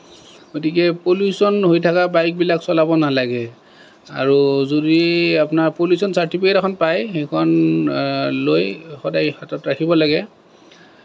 গতিকে পলিউচন হৈ থকা বাইকবিলাক চলাব নালাগে আৰু যদি আপোনাৰ পলিউচন চাৰ্টিফিকেত এখন পায় সেইখন লৈ সদায় হাতত ৰাখিব লাগে